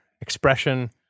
expression